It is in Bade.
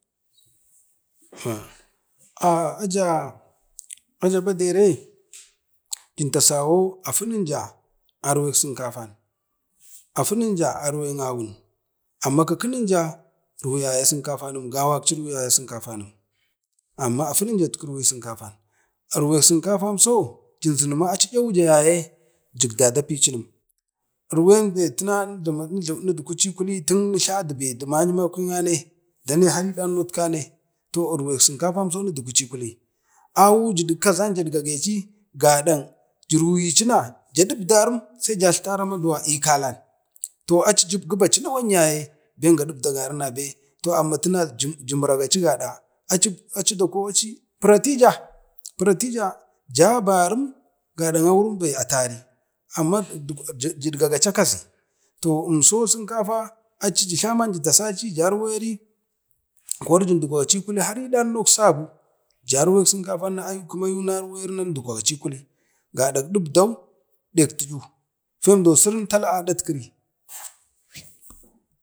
aja badere jin tasawo afununja arvek sinkafan, afunuza arven awun, amma kikinmja irwiyaya sinkafanin gawakci ruyi sinkafanim amma afuninja irwuju sinkafan irwek sinkafan so jinjimima aci tlawija yaye jik dada picimin irwen be nugwaci kuli ten nejladu bedu mayumakwangne har ee deng to urwak sinkafanno netgwaci kuli awu kazanja no jidgaga ci a kazu gəda girwiyu na jaɗibdarim se jajltaci maduwa ee kalan tari i kalan to aci gubaci nawan yaye be ga dibdi a gari na be, to amma tuna jimirgaci gaɗaaci aci aci dako puratija paratija jabarim gaɗan auru be atari amma jidgagaci a kazi, toh emso sinkafa aci jatla ja jitasaci jarweri kori jim dukva kwakweri har i damnok sabu jar sikafan na ayu kuma ayu narwari ge kuli gadək ɗibdau ɗek titlu fandou sirin tala aɗat kiri.